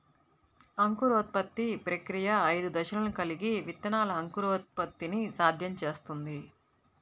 అంకురోత్పత్తి ప్రక్రియ ఐదు దశలను కలిగి విత్తనాల అంకురోత్పత్తిని సాధ్యం చేస్తుంది